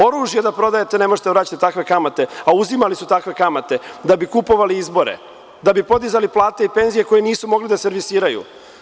Oružje da prodajete ne možete da vraćate takve kamate, a uzimali su takve kamate da bi kupovali izbore, da bi podizali plate i penzije koje nisu mogli da servisiraju.